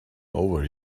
over